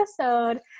episode